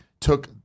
took